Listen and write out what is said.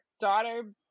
daughter